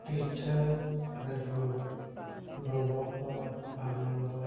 ᱯᱤᱴᱷᱟᱹ ᱮᱠ ᱱᱚᱢᱵᱚᱨ ᱰᱚᱢᱵᱩᱜ ᱫᱚ ᱵᱟᱨ ᱱᱚᱢᱵᱚᱨ